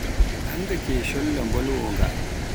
Hannga ke colla mbolwoo nga.